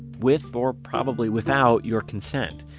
with, or probably without, your consent.